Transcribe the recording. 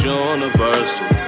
universal